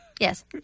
Yes